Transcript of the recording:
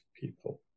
people